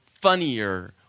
funnier